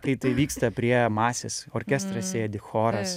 kai tai vyksta prie masės orkestras sėdi choras